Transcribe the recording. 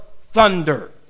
thunder